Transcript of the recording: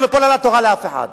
מונופול על התורה לאף אחד.